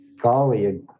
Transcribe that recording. Golly